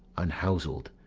unhous'led,